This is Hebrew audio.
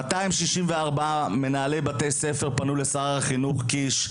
264 בתי ספר פנו במכתב לשר החינוך קיש,